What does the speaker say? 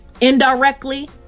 Indirectly